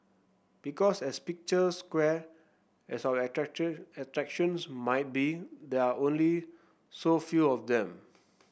because as picturesque as our attractions might be there are only so few of them